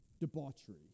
debauchery